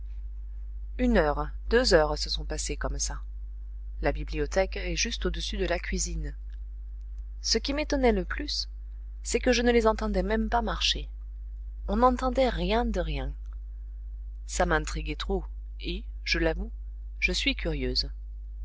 une heure deux heures se sont passées comme ça la bibliothèque est juste au-dessus de la cuisine ce qui m'étonnait le plus c'est que je ne les entendais même pas marcher on n'entendait rien de rien ça m'intriguait trop et je l'avoue je suis curieuse